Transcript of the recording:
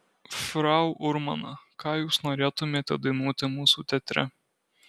frau urmana ką jūs norėtumėte dainuoti mūsų teatre